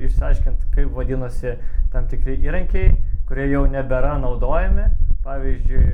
išsiaiškint kaip vadinasi tam tikri įrankiai kurie jau nebėra naudojami pavyzdžiui